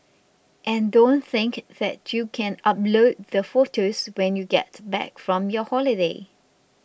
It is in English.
and don't think that you can upload the photos when you get back from your holiday